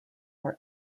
were